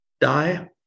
die